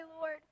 Lord